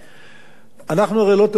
אנחנו הרי לא תמיד תמימי דעים פוליטית,